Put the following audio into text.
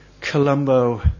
Colombo